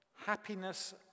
happiness